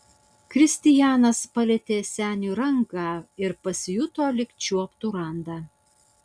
kristijanas palietė seniui ranką ir pasijuto lyg čiuoptų randą